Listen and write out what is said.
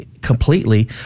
completely